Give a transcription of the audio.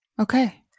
Okay